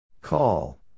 Call